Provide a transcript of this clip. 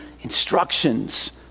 instructions